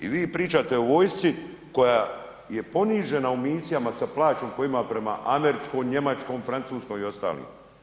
I vi pričate o vojsci koja je ponižena u misijama sa plaćom koju ima prema američkom, njemačkom, francuskom i ostalim.